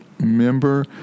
member